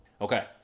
Okay